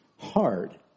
hard